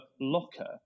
locker